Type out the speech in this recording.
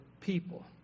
people